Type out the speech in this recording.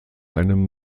einem